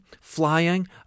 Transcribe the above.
flying